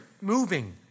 moving